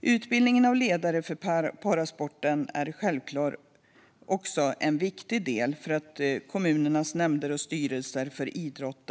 Det är självklart också viktigt att utbildning av ledare för parasport tas på allvar av kommunernas nämnder och styrelser för idrott.